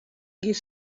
giet